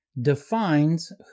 defines